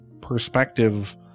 perspective